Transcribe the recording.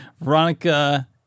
Veronica